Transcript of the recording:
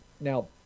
Now